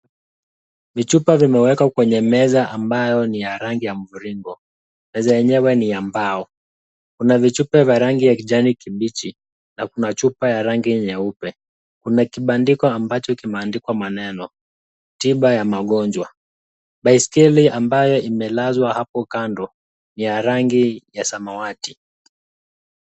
Vichupa vimewekwa kwenye meza ambayo ni ya rangi ya mviringo. Meza yenyewe ni ya mbao. Kuna vichupa vya rangi ya kijani kibichi na kuna chupa ya rangi nyeupe. Kuna kibandiko ambacho kimeandikwa maneno, tiba ya magonjwa. Baiskeli ambayo imelazwa hapo kando ya rangi ya samawati.